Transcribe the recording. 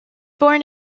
born